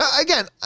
Again